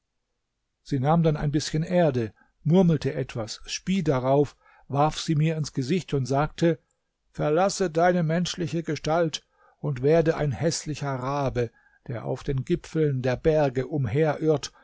sie nahm dann ein bißchen erde murmelte etwas spie darauf warf sie mir ins gesicht und sagte verlasse deine menschliche gestalt und werde ein häßlicher rabe der auf den gipfeln der berge umherirrt